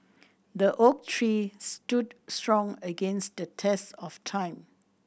the oak tree stood strong against the test of time